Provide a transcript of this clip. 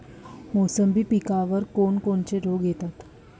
मोसंबी पिकावर कोन कोनचे रोग येतात?